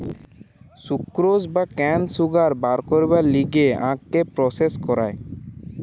sucrose বা কেন sugar বের করবার লিগে আখকে প্রসেস করায়